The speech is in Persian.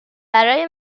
برای